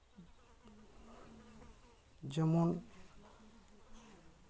ᱡᱮᱢᱚᱱ